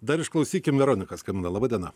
dar išklausykim veronika skambina laba diena